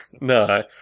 no